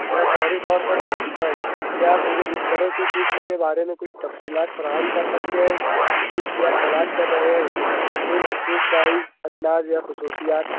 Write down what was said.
میں فوری طور پر سمجھتا ہوں کیا آپ مجھے بستروں کی قسم کے بارے میں کچھ تفصیلات فراہم کر سکتے ہیں جس کی آپ تلاش کر رہے ہیں کوئی مخصوص سائز انداز یا خصوصیات